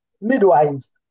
midwives